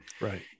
Right